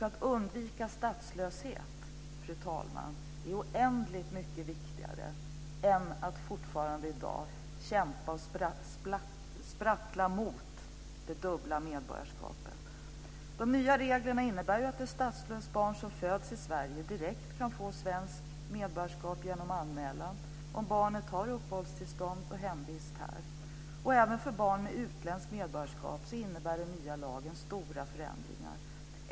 Att undvika statslöshet, fru talman, är oändligt mycket viktigare än att fortfarande i dag kämpa och sprattla mot det dubbla medborgarskapet. De nya reglerna innebär ju att ett statslöst barn som föds i Sverige direkt kan få svenskt medborgarskap genom anmälan, om barnet har uppehållstillstånd och hemvist här. Även för barn med utländskt medborgarskap innebär den nya lagen stora förändringar.